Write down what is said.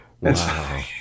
Wow